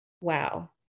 wow